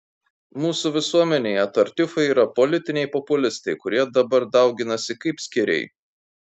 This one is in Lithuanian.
mūsų visuomenėje tartiufai yra politiniai populistai kurie dabar dauginasi kaip skėriai